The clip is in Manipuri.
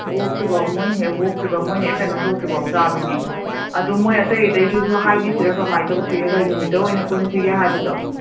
ꯑꯣꯛꯇ꯭ꯔꯤꯐꯥꯎ ꯃꯣꯏꯅ ꯍꯦꯛ ꯑꯣꯛꯇ꯭ꯔꯤꯐꯥꯎ ꯃꯣꯏꯅ ꯍꯦꯛ ꯀꯩꯅꯣ ꯇꯧꯗ꯭ꯔꯤꯐꯥꯎ ꯆꯥꯕꯤꯅꯤ ꯑꯗꯨ ꯃꯣꯏ ꯑꯇꯩ ꯑꯇꯩꯗꯨꯁꯨ ꯍꯥꯏꯒꯤꯁꯤꯔ ꯀꯃꯥꯏ ꯇꯧꯁꯤꯒꯦ ꯀꯩ ꯅꯨꯃꯤꯠꯇ ꯑꯣꯏꯅ ꯄꯨꯟꯁꯤꯒꯦ ꯍꯥꯏꯕꯗꯣ